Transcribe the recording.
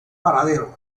paradero